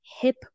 hip